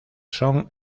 son